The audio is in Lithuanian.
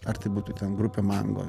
ar tai būtų ten grupė mango